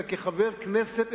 אלא כחבר הכנסת,